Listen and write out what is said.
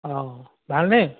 অ ভাল নে